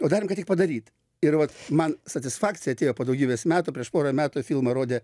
o darėm kad tik padaryt ir vat man satisfakcija atėjo po daugybės metų prieš porą metų filmą rodė